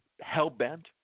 hell-bent